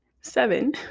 seven